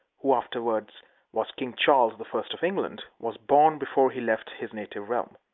who afterward was king charles the first of england, was born before he left his native realm.